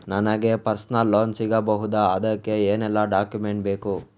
ನನಗೆ personal loan ಸಿಗಬಹುದ ಅದಕ್ಕೆ ಏನೆಲ್ಲ ಡಾಕ್ಯುಮೆಂಟ್ ಬೇಕು?